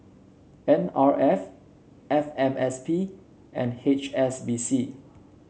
N R F F M S P and H S B C